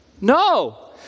No